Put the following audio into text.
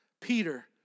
Peter